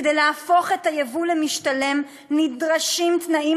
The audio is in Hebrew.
כדי להפוך את הייבוא למשתלם נדרשים תנאים